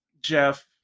jeff